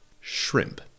shrimp